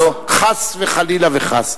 חס וחלילה וחס.